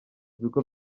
ibigo